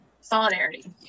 solidarity